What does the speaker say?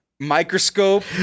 microscope